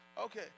Okay